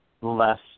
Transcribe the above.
less